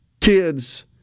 kids